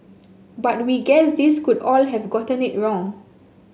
but we guess these could all have gotten it wrong